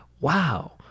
wow